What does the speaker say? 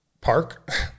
park